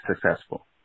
successful